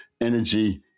energy